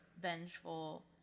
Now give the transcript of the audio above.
vengeful